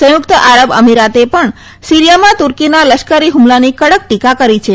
સંયુક્ત આરબ અમિરાતે પણ સીરીથામાં તુર્કીના લશ્કરી હુમલાની કડક ટીકા કરી છે